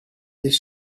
this